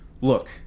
Look